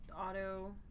auto